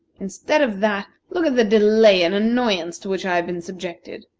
instead of that, look at the delay and annoyance to which i have been subjected.